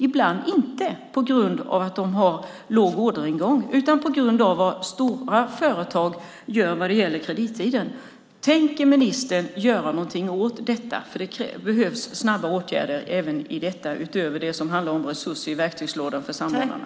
Ibland är det inte på grund av att de har låg orderingång utan på grund av vad stora företag gör vad det gäller kredittiden. Tänker ministern göra något åt detta? Det behövs snabba åtgärder även i detta, utöver det som handlar om resurser i verktygslådan för samordnarna.